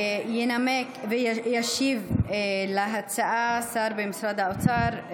ינמק וישיב על ההצעה השר במשרד האוצר,